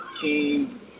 King